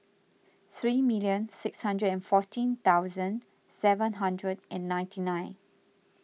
three million six hundred and fourteen thousand seven hundred and ninety nine